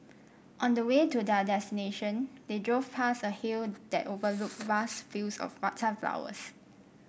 on the way to their destination they drove past a hill that overlooked vast fields of flowers